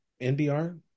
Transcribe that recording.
NBR